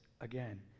again